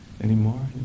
anymore